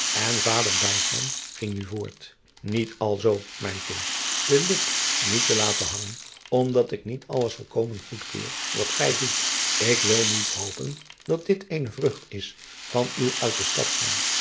en vader ging nu voort iet alzoo mijn kind de lip niet te laten hangen omdat ik niet alles volkomen goedkeur wat gij doet k wil niet hopen dat dit eene vrucht is van uw uit de stad zijn